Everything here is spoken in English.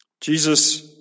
Jesus